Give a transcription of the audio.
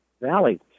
Valley